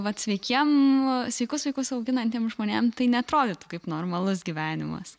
vat sveikiem sveikus vaikus auginantiem žmonėm tai neatrodytų kaip normalus gyvenimas